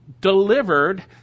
delivered